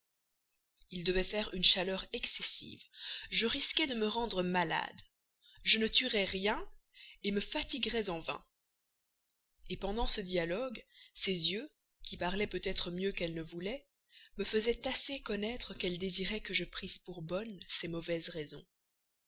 il devait faire une chaleur excessive je risquais de me rendre malade je ne tuerais rien me fatiguerais en vain pendant ce dialogue ses yeux qui parlaient peut-être plus qu'elle ne voulait me faisaient assez connaître qu'elle désirait que je prisse pour bonnes ces mauvaises raisons